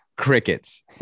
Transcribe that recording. crickets